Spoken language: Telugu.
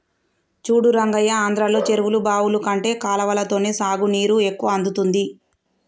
చూడు రంగయ్య ఆంధ్రలో చెరువులు బావులు కంటే కాలవలతోనే సాగునీరు ఎక్కువ అందుతుంది